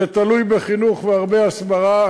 זה תלוי בחינוך והרבה הסברה.